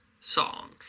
song